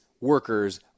workers